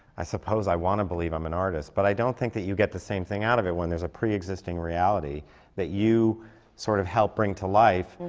i suppose i want to believe i'm an artist. but i don't think that you get the same thing out of it when there's a pre-existing reality that you sort of help bring to life,